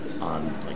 on